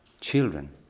children